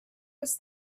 was